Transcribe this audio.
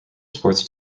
sports